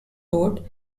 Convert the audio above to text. road